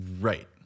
right